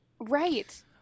Right